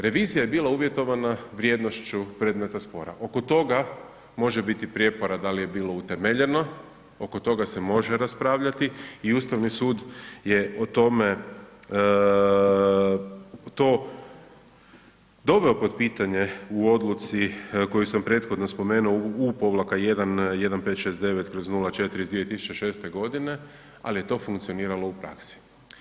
Revizija je bila uvjetovana vrijednošću predmeta spora, oko toga može biti prijepora da li je bilo utemeljeno, oko toga se može raspravljati i Ustavni sud je o tome to doveo pod pitanje u odluci koju sam prethodno spomenuo U-1569/04 iz 2006. g. ali je to funkcioniralo u praksi.